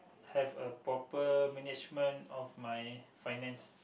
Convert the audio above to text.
have a proper management of my finance